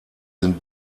sind